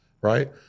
right